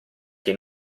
che